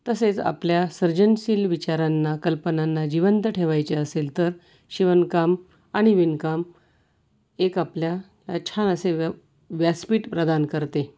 तसेच आपल्या सर्जनशील विचारांना कल्पनांना जिवंत ठेवायचे असेल तर शिवणकाम आणि विणकाम एक आपल्या छान असे व्य व्यासपीठ प्रदान करते